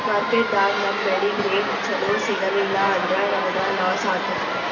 ಮಾರ್ಕೆಟ್ದಾಗ್ ನಮ್ ಬೆಳಿಗ್ ರೇಟ್ ಚೊಲೋ ಸಿಗಲಿಲ್ಲ ಅಂದ್ರ ನಮಗ ಲಾಸ್ ಆತದ್